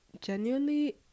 genuinely